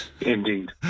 Indeed